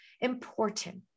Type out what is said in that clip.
important